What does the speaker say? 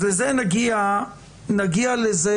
נגיע לזה